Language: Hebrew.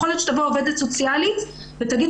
יכול להיות שתבוא עובדת סוציאלית ותגיד: